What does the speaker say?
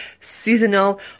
seasonal